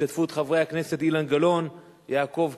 בהשתתפות חברי הכנסת אילן גילאון, יעקב כץ,